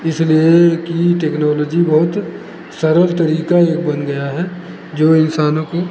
इसलिए कि टेक्नोलॉजी बहुत सरल तरीका एक बन गया है जो इंसानों को